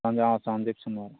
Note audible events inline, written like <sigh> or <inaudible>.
<unintelligible>